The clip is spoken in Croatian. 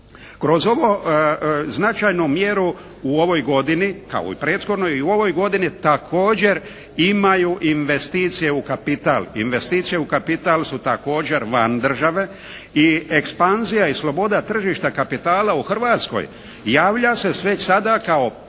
Kroz ovu značajnu mjeru u ovoj godini kao i u prethodnoj, i u ovoj godini također imaju investicije u kapital. Investicije u kapital su također van države i ekspanzija i sloboda tržišta kapitala u Hrvatskoj javlja se već sada kao često